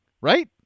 right